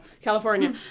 California